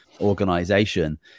organization